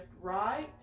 right